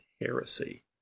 heresy